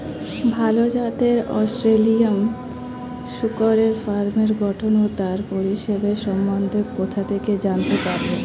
ভাল জাতের অস্ট্রেলিয়ান শূকরের ফার্মের গঠন ও তার পরিবেশের সম্বন্ধে কোথা থেকে জানতে পারবো?